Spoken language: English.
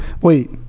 Wait